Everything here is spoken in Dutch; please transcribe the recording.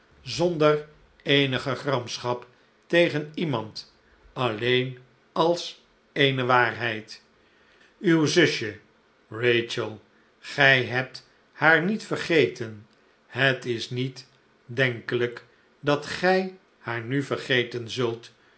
zonder eenige gramschap tegen iemand alleen als eene waarheid uw zusje rachel gij hebt haar niet vergeten het is niet denkelh'k dat gij haar nu vergeten zult